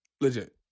Legit